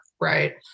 Right